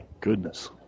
goodness